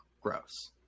gross